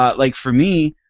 ah like for me,